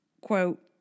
Quote